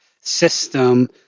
system